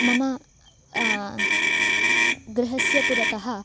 मम गृहं पुरतः